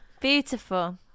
beautiful